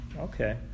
Okay